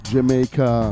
Jamaica